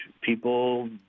people